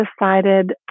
decided